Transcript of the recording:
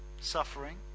suffering